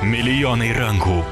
milijonai rankų